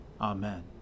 Amen